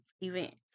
events